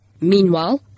Meanwhile